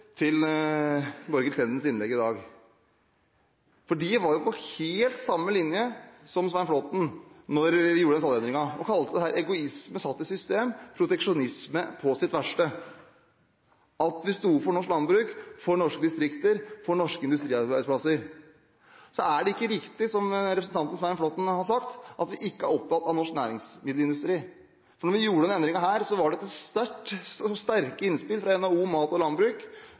til Borghild Tendens innlegg i dag. For de var jo på helt samme linje som representanten Svein Flåtten, da vi gjorde den tollendringen. De kalte det egoisme satt i system og proteksjonisme på sitt verste at vi sto opp for norsk landbruk, for norske distrikter og for norske industriarbeidsplasser. Så er det ikke riktig som representanten Svein Flåtten har sagt, at vi ikke er opptatt av norsk næringsmiddelindustri. Da vi gjorde denne endringen, var det etter sterke innspill fra NHO Mat og Landbruk,